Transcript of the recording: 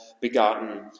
begotten